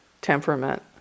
temperament